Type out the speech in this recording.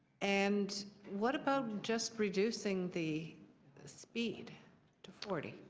and what about just reduceing the speed to forty?